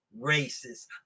racist